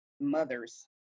mothers